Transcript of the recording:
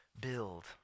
build